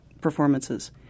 performances